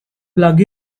plug